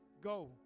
Go